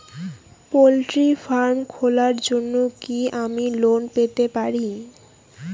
Poultry farm খোলার জন্য কি আমি লোন পেতে পারি?